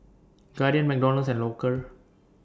Guardian McDonald's and Loacker